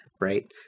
right